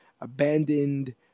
abandoned